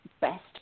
best